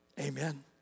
Amen